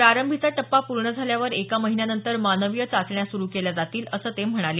प्रारंभीचा टप्पा पूर्ण झाल्यावर एक महिन्यानंतर मानवीय चाचण्या सुरू केल्या जातील असं ते म्हणाले